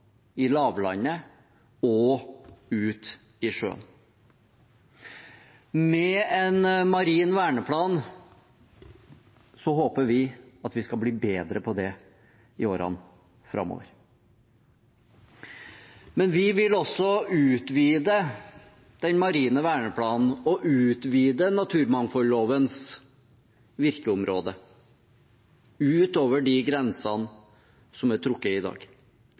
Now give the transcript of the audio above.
i lavlandet og ute i sjøen. Med en marin verneplan håper vi at vi skal bli bedre på det i årene framover. Men vi vil også utvide den marine verneplanen og utvide naturmangfoldlovens virkeområde utover de grensene som er trukket i dag,